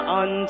on